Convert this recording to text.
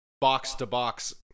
box-to-box